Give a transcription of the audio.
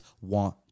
want